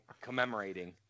commemorating